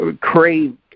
crave